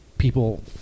People